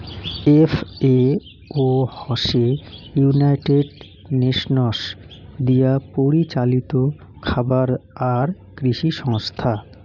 FAO হসে United Nations দিয়াপরিচালিত খাবার আর কৃষি সংস্থা